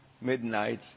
midnight